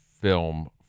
film